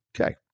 Okay